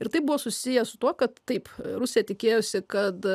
ir tai buvo susiję su tuo kad taip rusija tikėjosi kad